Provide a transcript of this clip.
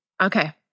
Okay